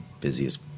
busiest